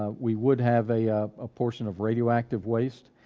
ah we would have a ah ah portion of radioactive waste,